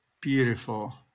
beautiful